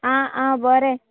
आ आ बरें